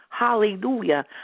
Hallelujah